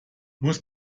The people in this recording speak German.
muss